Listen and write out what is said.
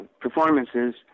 performances